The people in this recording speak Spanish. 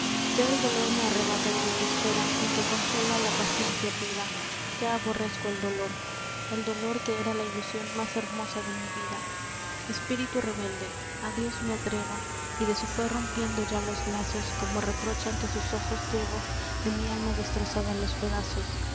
ya el dolor me arrebata y desespera sin que consuelo á la paciencia pida ya aborrezco el dolor el dolor que era la ilusion más hermosa de mi vida espíritu rebelde á dios me atrevo y de su fé rompiendo ya los lazos como reproche ante sus ojos llevo de mi alma destrozada los pedazos